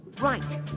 Right